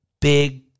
big